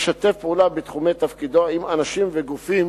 ישתף פעולה בתחומי תפקידו עם אנשים וגופים